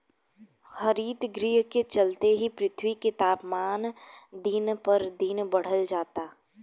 हरितगृह के चलते ही पृथ्वी के तापमान दिन पर दिन बढ़ल जाता